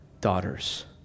daughter's